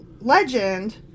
legend